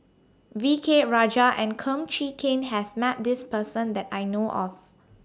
V K Rajah and Kum Chee Kin has Met This Person that I know of